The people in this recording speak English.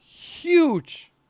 huge